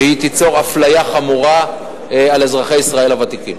והיא תיצור אפליה חמורה של אזרחי ישראל הוותיקים.